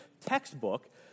textbook